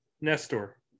Nestor